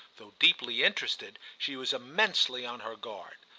though deeply interested, she was immensely on her guard.